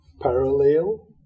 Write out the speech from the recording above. parallel